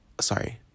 sorry